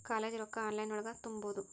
College ರೊಕ್ಕ online ಒಳಗ ತುಂಬುದು?